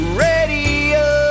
radio